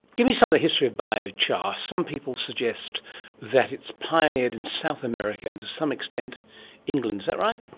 give me some of the history of biochar. some people suggest that it's pioneered in south america and to some extent england, is that right?